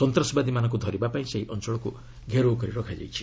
ସନ୍ତାସବାଦୀମାନଙ୍କୁ ଧରିବା ପାଇଁ ସେହି ଅଞ୍ଚଳକୁ ଘେରଉ କରାଯାଇଛି